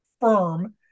firm